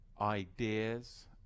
ideas